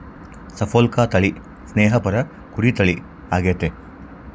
Suffolk ತಳಿ ಸ್ನೇಹಪರ ಕುರಿ ತಳಿ ಆಗೆತೆ